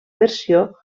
versió